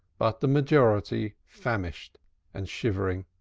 but the majority famished and shivering.